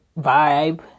vibe